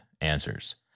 answers